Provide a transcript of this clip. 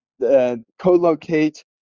co-locate